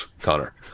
Connor